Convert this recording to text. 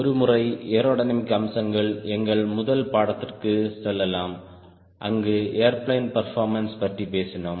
ஒருமுறை ஏரோடைனமிக் அம்சங்கள் எங்கள் முதல் பாடத்திற்கு செல்லலாம் அங்கு ஏர்பிளேன் பேர்போர்மன்ஸ் பற்றி பேசினோம்